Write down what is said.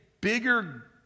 bigger